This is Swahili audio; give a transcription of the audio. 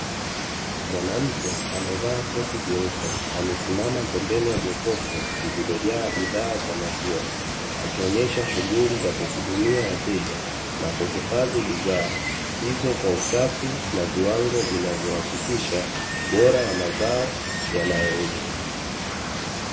Mwanamke amevaa koti jeupe, amesimama pembeni ya jokofu lililojaa bidhaa za maziwa, akionyesha shughuli za kuhudumia wateja, na kuhifadhi bidhaa hizo kwa usafi, na viwango vinavyohakikisha ubora wa mazao yanayouzwa.